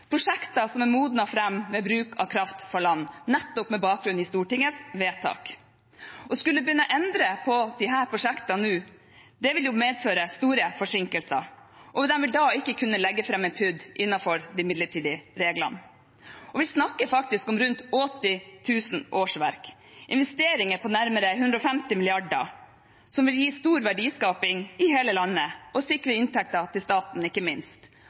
prosjekter som er modnet fram ved bruk av kraft fra land, nettopp med bakgrunn i Stortingets vedtak. Å skulle begynne å endre på disse prosjektene nå ville jo medføre store forsinkelser, og de vil da ikke kunne legge fram en PUD innenfor de midlertidige reglene. Vi snakker faktisk om rundt 80 000 årsverk, investeringer på nærmere 150 mrd. kr, som vil gi stor verdiskaping i hele landet og sikre inntekter til staten, ikke minst,